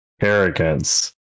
arrogance